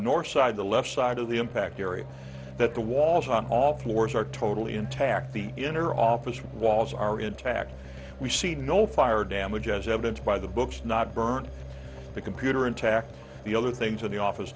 north side the left side of the impact area that the walls all floors are totally intact the inner office walls are intact we see no fire damage as evidenced by the books not burning the computer intact the other things in the office